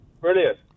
brilliant